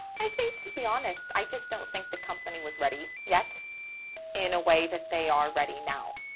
i think to be honest, i just don't think the company was ready yet in a way that they are ready now.